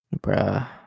Bruh